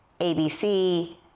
ABC